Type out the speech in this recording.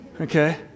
Okay